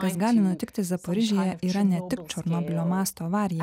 kas gali nutikti zaporižėje yra ne tik černobylio masto avarija